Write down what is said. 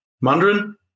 Mandarin